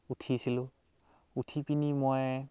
উঠিছিলোঁ উঠি পিনি মই